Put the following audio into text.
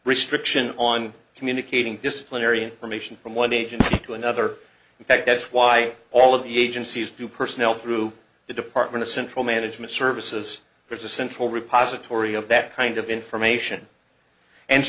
restriction on communicating disciplinary permission from one agency to another in fact that's why all of the agencies do personnel through the department of central management services there's a central repository of that kind of information and